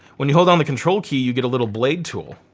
when you hold down the control key you get a little blade tool.